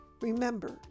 Remember